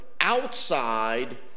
outside